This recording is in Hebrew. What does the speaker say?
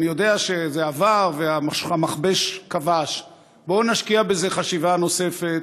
אני יודע שזה עבר והמכבש כבש: בואו נשקיע בזה חשיבה נוספת,